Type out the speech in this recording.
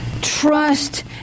Trust